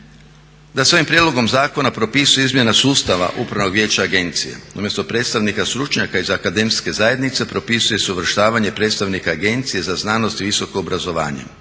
da se ovim prijedlogom zakona propisuje izmjena sustava upravnog vijeća agencije. Umjesto predstavnika stručnjaka iz akademske zajednice propisuje se uvrštavanje predstavnika Agencije za znanost i visoko obrazovanje.